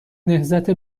نهضت